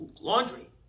laundry